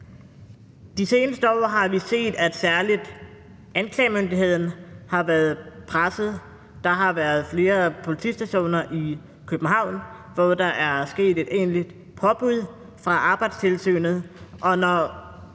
De seneste år har vi set, at særlig anklagemyndigheden har været presset. Der har været flere politistationer i København, hvor der er kommet et egentlig påbud fra Arbejdstilsynets